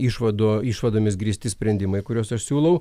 išvadų išvadomis grįsti sprendimai kuriuos aš siūlau